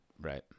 Right